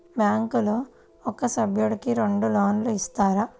బ్యాంకులో ఒక సభ్యుడకు రెండు లోన్లు ఇస్తారా?